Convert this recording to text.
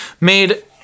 made